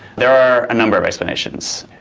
there are a number of explanations.